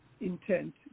intent